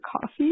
coffee